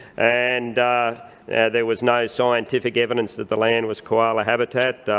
and there was no scientific evidence that the land was koala habitat.